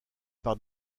par